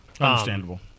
Understandable